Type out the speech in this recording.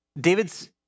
David's